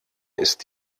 ist